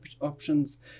options